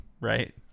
right